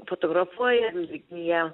fotografuojam jie